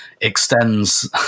extends